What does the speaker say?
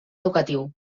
educatiu